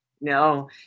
No